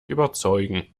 überzeugen